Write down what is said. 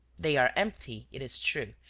they are empty, it is true,